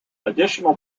additional